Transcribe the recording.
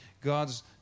God's